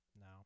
No